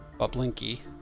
Blinky